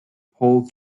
paul